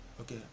okay